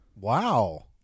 wow